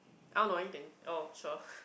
I don't know anything oh sure